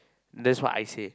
that's what I say